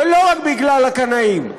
ולא רק בגלל הקנאים,